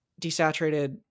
desaturated